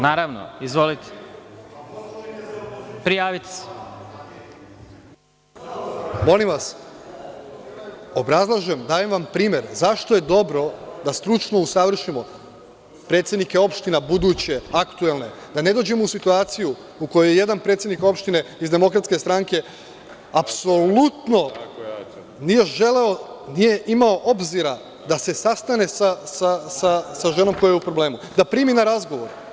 Molim vas, obrazlažem, dajem vam primer zašto je dobro da stručno usavršimo predsednike opština, buduće, aktuelne, da ne dođemo u situaciju u kojoj jedan predsednik opštine iz DS apsolutno nije želeo, nije imao obzira da se sastane sa ženom koja je u problemu, da je primi na razgovor.